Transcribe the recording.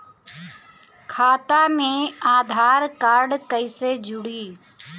खाता मे आधार कार्ड कईसे जुड़ि?